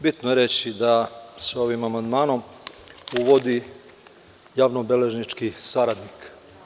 Bitno je reći da se ovim amandmanom uvodi javno beležnički saradnik.